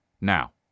now